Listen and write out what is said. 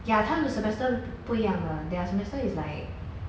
ya 他们 semester 不一样的 their semester is like